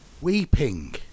weeping